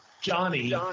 Johnny